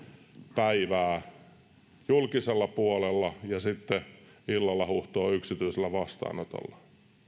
päivää julkisella puolella ja sitten illalla huuhtoo yksityisellä vastaanotolla